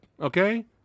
okay